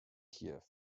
kiev